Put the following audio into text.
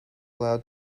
allowed